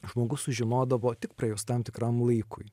žmogus sužinodavo tik praėjus tam tikram laikui